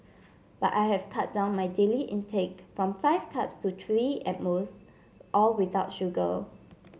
but I have cut down my daily intake from five cups to three at most all without sugar